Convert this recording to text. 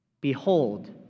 Behold